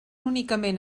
únicament